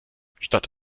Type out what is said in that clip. statt